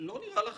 לא נראה לך